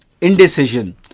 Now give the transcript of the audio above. indecision